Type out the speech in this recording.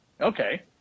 Okay